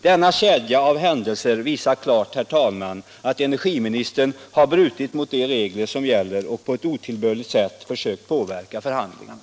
Denna kedja av händelser visar klart, herr talman, att energiministern har brutit mot de regler som gäller och på ett otillbörligt sätt försökt påverka förhandlingarna.